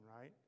right